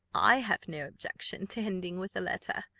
i have no objection to ending with a letter,